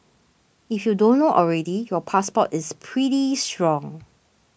if you don't know already your passport is pretty strong